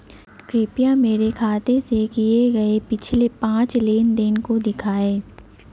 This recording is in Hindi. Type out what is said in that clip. कृपया मेरे खाते से किए गये पिछले पांच लेन देन को दिखाएं